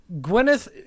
Gwyneth